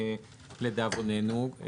לדאבוננו,